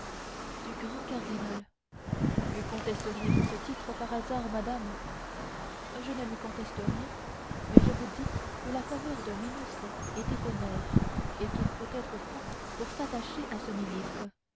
du grand cardinal lui contesteriez vous ce titre par hasard madame je ne lui conteste rien mais je vous dis que la faveur d'un ministre est éphémère et qu'il faut être fou pour s'attacher à un ministre